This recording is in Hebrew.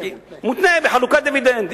זה מותנה בחלוקת דיבידנד.